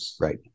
Right